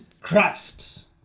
Christ